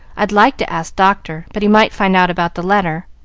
i'd like to ask doctor, but he might find out about the letter.